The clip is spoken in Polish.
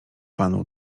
panu